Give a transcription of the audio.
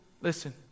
listen